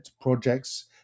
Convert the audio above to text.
projects